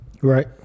Right